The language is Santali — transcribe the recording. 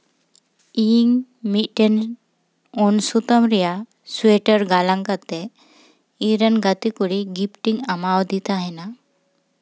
ᱤᱧ ᱢᱤᱫᱴᱮᱱ ᱩᱞ ᱥᱩᱛᱟᱹᱢ ᱨᱮᱭᱟᱜ ᱥᱩᱭᱮᱴᱟᱨ ᱜᱟᱞᱟᱝ ᱠᱟᱛᱮᱫ ᱤᱧ ᱨᱮᱱ ᱜᱟᱛᱮ ᱠᱩᱲᱤ ᱜᱤᱯᱷᱴ ᱤᱧ ᱮᱢᱟ ᱟᱫᱮ ᱛᱟᱦᱮᱱᱟ